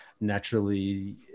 naturally